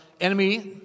enemy